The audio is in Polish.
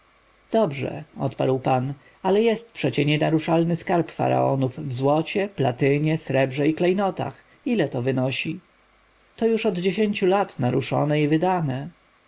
dobrze odparł pan ale jest przecie nienaruszalny skarb faraonów w złocie platynie srebrze i klejnotach ile to wynosi to już od dziesięciu lat naruszone i wydane